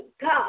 God